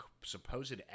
supposed